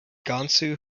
gansu